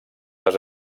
les